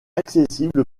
accessible